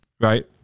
right